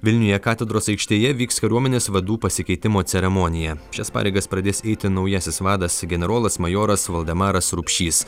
vilniuje katedros aikštėje vyks kariuomenės vadų pasikeitimo ceremonija šias pareigas pradės eiti naujasis vadas generolas majoras valdemaras rupšys